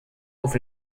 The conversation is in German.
auf